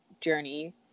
journey